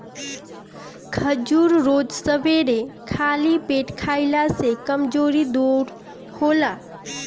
खजूर रोज सबेरे खाली पेटे खइला से कमज़ोरी दूर होला